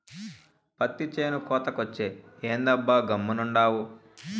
పత్తి చేను కోతకొచ్చే, ఏందబ్బా గమ్మునుండావు